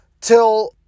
till